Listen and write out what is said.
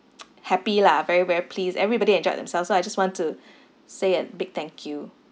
happy lah very very pleased everybody enjoyed themselves so I just want to say a big thank you